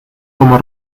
como